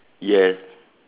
yes